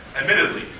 Admittedly